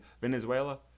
Venezuela